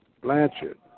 Blanchard